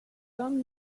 done